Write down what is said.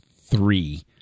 three